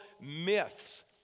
myths